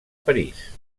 parís